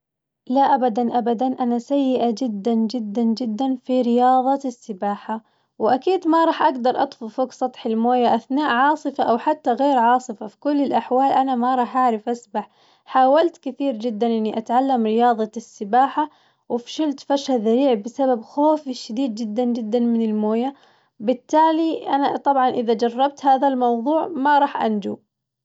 لا أبداً أبداً أنا سيئة جداً جداً جداً في رياظة السباحة وأكيد ما راح أقدر أطفو فوق سطح الموية أثناء عاصفة أو حتى غير عاصفة في كل الأحوال ما راح أعرف أسبح، حاولت كثير جداً إني أتعلم رياظة السباحة وفشلت فشل ذريع بسبب خوفي الشديد جداً جداً من الموية، بالتالي أنا طبعاً إذا جربت هذا الموظوع ما راح أنجو.